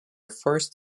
first